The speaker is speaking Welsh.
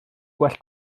gwell